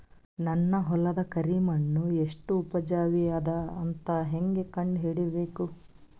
ನನ್ನ ಹೊಲದ ಕರಿ ಮಣ್ಣು ಎಷ್ಟು ಉಪಜಾವಿ ಅದ ಅಂತ ಹೇಂಗ ಕಂಡ ಹಿಡಿಬೇಕು?